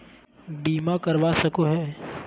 बीमा के करवा सको है?